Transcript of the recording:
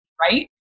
right